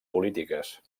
polítiques